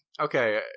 okay